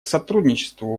сотрудничеству